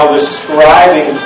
describing